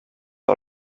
all